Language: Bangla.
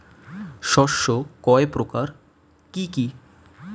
শস্য কয় প্রকার কি কি?